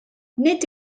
nid